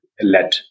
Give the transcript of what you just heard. let